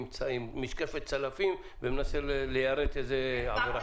משקפת צלפים ומנסה ליירט איזו עבירה.